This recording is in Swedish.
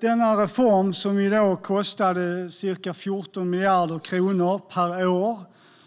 Denna reform, som kostade cirka 14 miljarder kronor per år,